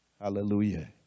Hallelujah